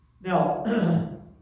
Now